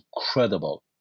incredible